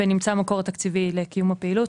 ונמצא המקור התקציבי לקיום הפעילות,